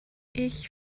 ich